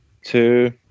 two